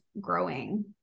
growing